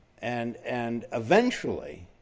and and eventually,